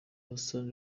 hassan